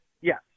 yes